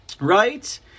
Right